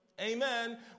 Amen